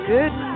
Good